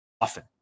often